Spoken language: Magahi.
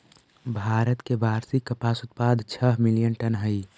भारत के वार्षिक कपास उत्पाद छः मिलियन टन हई